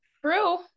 True